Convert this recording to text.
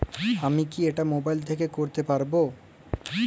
আমি কি এটা মোবাইল থেকে করতে পারবো?